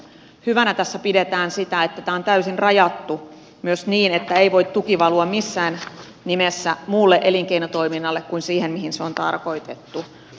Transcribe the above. hyvänä tässä pidetään sitä että tämä on täysin rajattu myös niin että tuki ei voi valua missään nimessä muulle elinkeinotoiminnalle kuin siihen mihin se on tarkoitettu